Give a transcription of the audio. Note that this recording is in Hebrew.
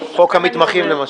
חוק המתמחים, למשל.